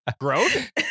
Growth